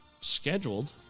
scheduled